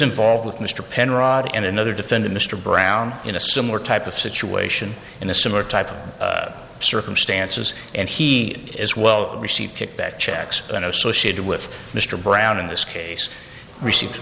involved with mr penrod and another defended mr brown in a similar type of situation in a similar type of circumstances and he is well received kickback checks and associated with mr brown in this case receive